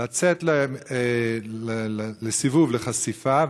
לצאת לסיבוב לחשיפה,